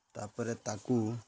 ତା'ପରେ ତାକୁ